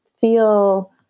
feel